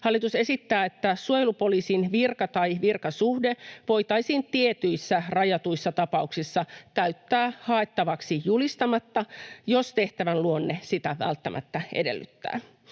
Hallitus esittää, että suojelupoliisin virka tai virkasuhde voitaisiin tietyissä rajatuissa tapauksissa täyttää haettavaksi julistamatta, jos tehtävän luonne sitä välttämättä edellyttää.